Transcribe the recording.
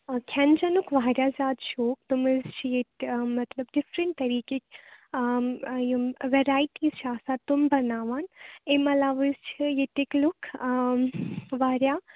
آ کھیٚن چیٚنُک واریاہ زیادٕ شوق تِم حظ چھِ ییٚتہِ مَطلَب کہِ ڈِفرینٛٹ طٔریٖقٕکۍ یِم ویٚرایٹیٖز چھِ آسان تِم بَناوان امہِ عَلاوٕ حظ چھِ ییٚتِکۍ لوٗکھ واریاہ